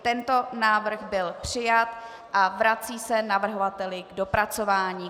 Tento návrh byl přijat a vrací se navrhovateli k dopracování.